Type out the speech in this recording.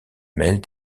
mêlent